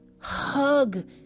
hug